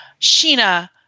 Sheena